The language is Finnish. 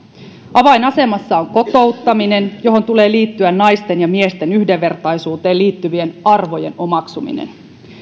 avainasemassa on kotouttaminen johon tulee liittyä naisten ja miesten yhdenvertaisuuteen liittyvien arvojen omaksuminen